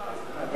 תני צ'אנס לאריה.